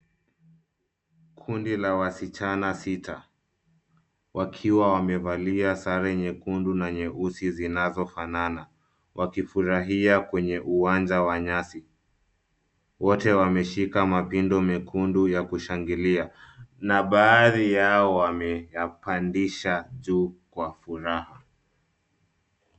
Kundi la wasichana sita, wakiwa wamevalia sare nyekundu na nyeusi zinazofanana, wakifurahia kwenye uwanja wa nyasi. Wote wameshika mapindo mekundu ya kushangilia, na baadhi yao wameyapandisha juu kwa furaha.